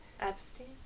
Epstein